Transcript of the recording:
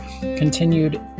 continued